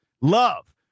love